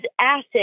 acid